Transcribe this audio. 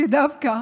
שדווקא